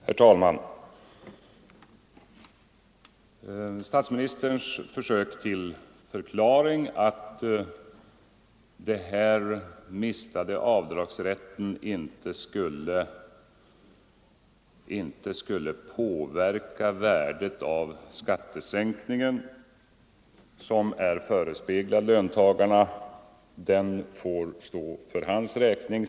Herr talman! Statsministerns försök att förklara att den förlorade avdragsrätten inte skulle påverka värdet av den skattesänkning som förespeglats löntagarna får stå för hans räkning.